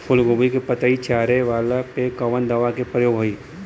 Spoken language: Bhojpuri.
फूलगोभी के पतई चारे वाला पे कवन दवा के प्रयोग होई?